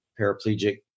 paraplegic